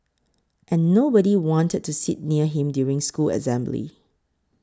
and nobody wanted to sit near him during school assembly